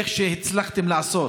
כמו שהצלחתם לעשות